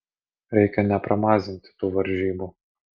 reikia nepramazinti tų varžybų